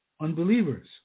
unbelievers